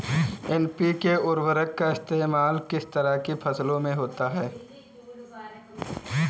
NPK उर्वरक का इस्तेमाल किस तरह की फसलों में होता है?